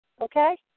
okay